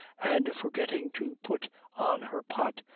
and, forgetting to put on her pot,